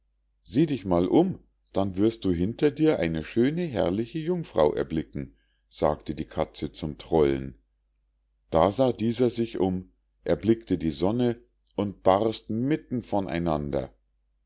sieh dich mal um dann wirst du hinter dir die schöne herrliche jungfrau erblicken sagte die katze zum trollen da sah dieser sich um erblickte die sonne und barst mitten